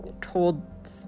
told